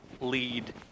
lead